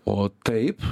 o taip